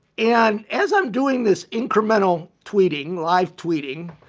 and as i'm doing this incremental tweeting, live tweeting,